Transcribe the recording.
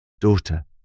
Daughter